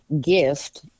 gift